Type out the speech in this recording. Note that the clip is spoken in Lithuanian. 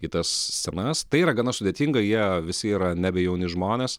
į tas senas tai yra gana sudėtinga jie visi yra nebejauni žmonės